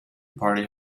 party